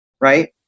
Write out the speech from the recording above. Right